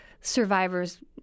survivors